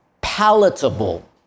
palatable